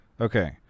Okay